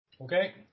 Okay